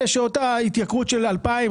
אלה שאותה התייקרות של 2,000,